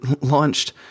launched